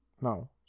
No